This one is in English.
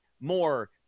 more